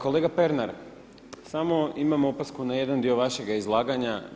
Kolega Pernar, samo imam opasku na jedan dio vašega izlaganja.